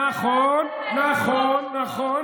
נכון, נכון, נכון,